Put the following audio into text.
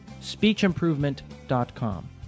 speechimprovement.com